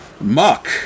Muck